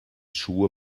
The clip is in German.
schuhe